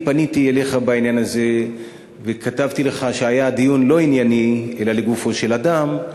פניתי אליך בעניין הזה וכתבתי לך שהיה דיון לא ענייני אלא לגופו של אדם,